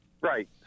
Right